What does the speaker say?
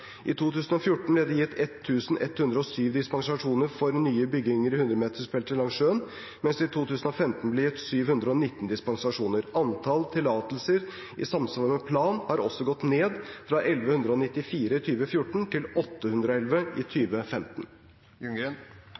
I 2014 ble det gitt 1 107 dispensasjoner for nye bygninger i 100-metersbeltet langs sjøen, mens det i 2015 ble gitt 719 dispensasjoner. Antall tillatelser i samsvar med plan har også gått ned, fra 1 194 i 2014 til 811 i